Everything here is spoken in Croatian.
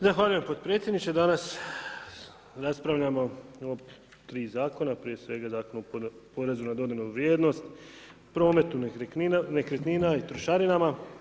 Zahvaljujem potpredsjedniče, danas raspravljamo o tri zakona, prije svega Zakon o porezu na dodanu vrijednost prometa, nekretnina i trošarinama.